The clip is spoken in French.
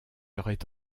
aurait